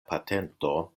patento